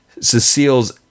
Cecile's